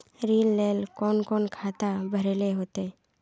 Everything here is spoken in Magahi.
ऋण लेल कोन कोन खाता भरेले होते?